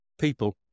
people